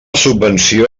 subvenció